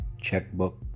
checkbook